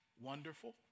wonderful